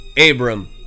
abram